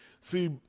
see